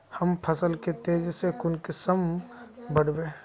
हम फसल के तेज से कुंसम बढ़बे?